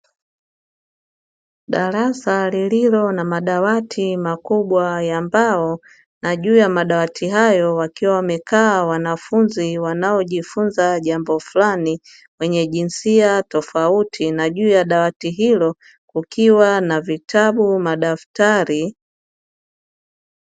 Darasa lililo na madawati makubwa ya mbao, na juu ya madawati hayo wakiwa wamekaa wanafunzi wanaojifunza jambo fulani, wenye jinsia tofauti na juu ya dawati hilo kukiwa na vitabu na madaftari.